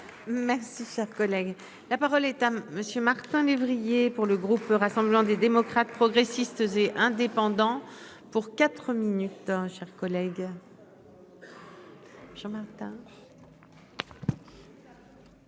merci, cher collègue, la parole est à monsieur Martin lévrier. Pour le groupe Rassemblement des démocrates progressistes et indépendants pour quatre minutes